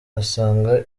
asanga